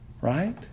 Right